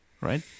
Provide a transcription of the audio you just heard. right